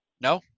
No